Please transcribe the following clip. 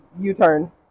U-turn